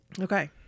Okay